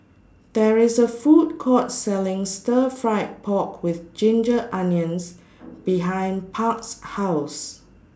There IS A Food Court Selling Stir Fried Pork with Ginger Onions behind Park's House